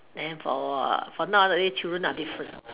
then for for nowadays children are different